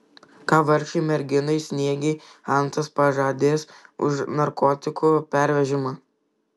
ką vargšei merginai sniegei hansas pažadės už narkotikų pervežimą